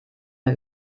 der